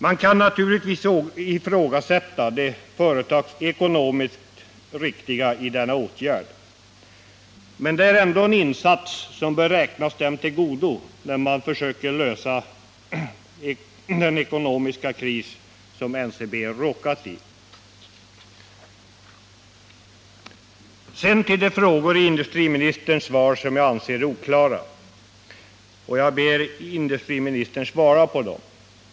Man kan naturligtvis ifrågasätta det företagsekonomiskt riktiga i denna åtgärd, men det är ändå en insats som bör räknas dem till godo när man försöker lösa den ekonomiska kris som NCB har råkat in i. Sedan till de punkter i industriministerns svar som jag anser vara oklara. Jag ber industriministern att svara på mina frågor på dessa punkter.